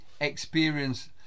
experience